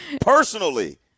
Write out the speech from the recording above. personally